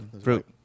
fruit